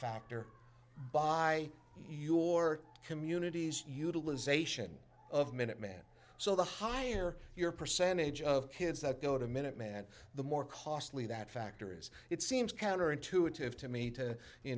factor by your community's utilization of minutemen so the higher your percentage of kids that go to minuteman the more costly that factor is it seems counterintuitive to me to you